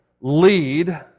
lead